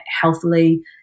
healthily